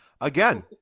Again